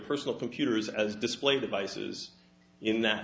personal computers as display devices in that